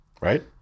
Right